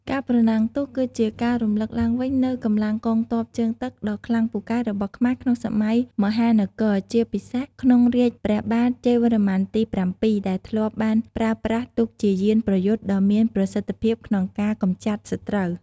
ការប្រណាំងទូកក៏ជាការរំលឹកឡើងវិញនូវកម្លាំងកងទ័ពជើងទឹកដ៏ខ្លាំងពូកែរបស់ខ្មែរក្នុងសម័យមហានគរជាពិសេសក្នុងរាជ្យព្រះបាទជ័យវរ្ម័នទី៧ដែលធ្លាប់បានប្រើប្រាស់ទូកជាយានប្រយុទ្ធដ៏មានប្រសិទ្ធភាពក្នុងការកម្ចាត់សត្រូវ។